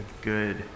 good